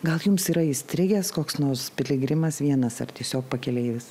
gal jums yra įstrigęs koks nors piligrimas vienas ar tiesiog pakeleivis